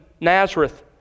Nazareth